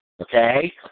Okay